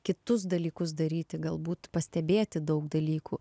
kitus dalykus daryti galbūt pastebėti daug dalykų